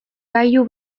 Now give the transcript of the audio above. gailu